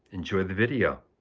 enjoy the video.